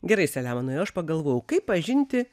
gerai selemonai o aš pagalvojau kaip pažinti